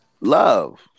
Love